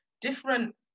different